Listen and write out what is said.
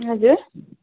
हजुर